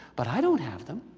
but i don't have them.